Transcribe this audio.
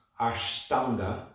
Ashtanga